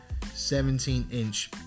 17-inch